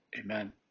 Amen